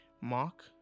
Mark